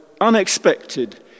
unexpected